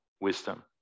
wisdom